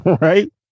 right